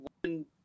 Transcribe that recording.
one